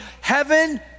heaven